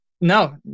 No